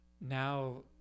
now